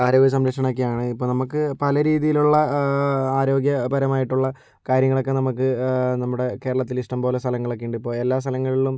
ആരോഗ്യ സംരക്ഷണമൊക്കെയാണ് ഇപ്പോൾ നമ്മൾക്ക് പല രീതിയിലുള്ള ആരോഗ്യ പരമായിട്ടുള്ള കാര്യങ്ങളൊക്കെ നമ്മൾക്ക് നമ്മുടെ കേരളത്തിൽ ഇഷ്ടം പോലെ സ്ഥലങ്ങളൊക്കെ ഉണ്ട് ഇപ്പോൾ എല്ലാ സ്ഥലങ്ങളിലും